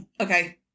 Okay